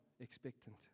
expectant